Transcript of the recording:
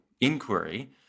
inquiry